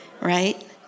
Right